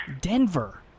Denver